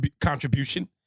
contribution